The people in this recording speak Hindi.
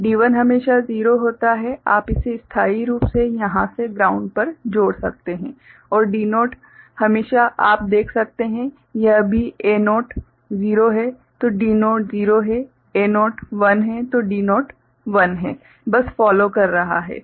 D1 हमेशा 0 होता है आप इसे स्थायी रूप से यहां से ग्राउंड पर जोड़ सकते हैं और D0 आप देख सकते हैं जब भी A0 0 है तो D0 0 है A0 1 है तो D0 1 है बस फॉलो कर रहा है